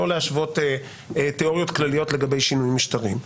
לא להשוות תיאוריות כלליות לגבי שינויים משטריים.